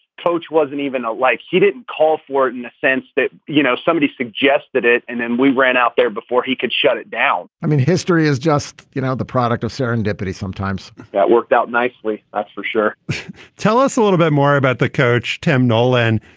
coach wasn't even a life. like he didn't call for it in a sense that, you know, somebody suggested it. and then we ran out there before he could shut it down i mean, history is just, you know, the product of serendipity sometimes that worked out nicely, that's for sure tell us a little bit more about the coach, tim nolan.